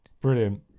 brilliant